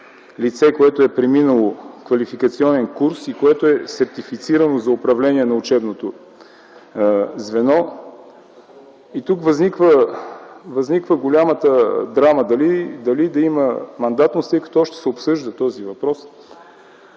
лице, което е преминало квалификационен курс и което е сертифицирано за управление на учебното звено. Тук възниква голямата драма – дали да има мандатност, тъй като още се обсъжда този въпрос,